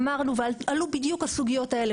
ואמרנו ועלו בדיוק הסוגיות האלה,